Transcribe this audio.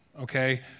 okay